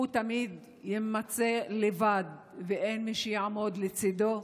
הוא תמיד יימצא לבד ואין מי שיעמוד לצידו.